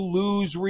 lose